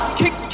kick